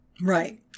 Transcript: Right